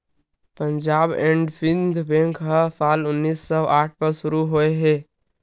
Punjab and Sind bank ह साल उन्नीस सौ आठ म शुरू होए हे